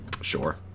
Sure